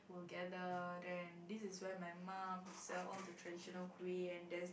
this is where my mom who sell all the traditional kueh and just gather there